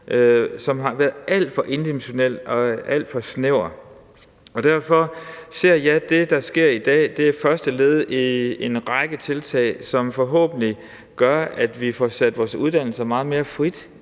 som har været alt for endimensional og alt for snæver. Og derfor ser jeg det, der sker i dag som første led i en række tiltag, som forhåbentlig gør, at vi får sat vores uddannelser meget mere fri,